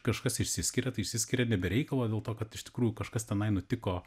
kažkas išsiskiria tai išsiskiria nebe reikalo dėl to kad iš tikrųjų kažkas tenai nutiko